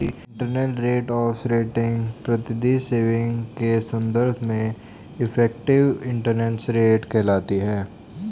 internal rate of return पद्धति saving के संदर्भ में इफेक्टिव इंटरेस्ट रेट कहलाती है